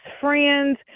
friends